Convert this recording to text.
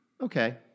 okay